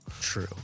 true